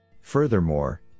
Furthermore